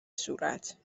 صورت